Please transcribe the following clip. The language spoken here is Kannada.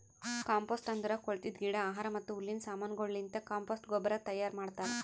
ಕಾಂಪೋಸ್ಟ್ ಅಂದುರ್ ಕೊಳತಿದ್ ಗಿಡ, ಆಹಾರ ಮತ್ತ ಹುಲ್ಲಿನ ಸಮಾನಗೊಳಲಿಂತ್ ಕಾಂಪೋಸ್ಟ್ ಗೊಬ್ಬರ ತೈಯಾರ್ ಮಾಡ್ತಾರ್